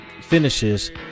finishes